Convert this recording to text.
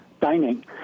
dining